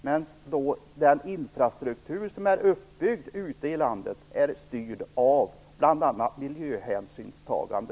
Medan den infrastruktur som är uppbyggd ute i landet är styrd av bl.a. miljöhänsynstagande.